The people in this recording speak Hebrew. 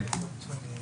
כן.